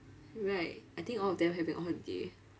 right I think all of them having holiday